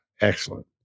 excellent